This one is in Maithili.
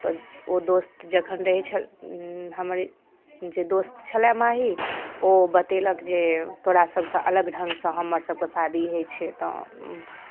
तऽ ओ दोस्त जखन रहै छल हमरे जे दोस्त छलय माही ओ बतेलक जे तोरा सभसँ अलग ढङ्गसँ हमर सभके शादी होइ छै तऽ